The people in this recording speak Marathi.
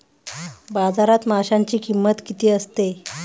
बाजारात माशांची किंमत किती असते?